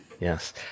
yes